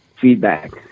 feedback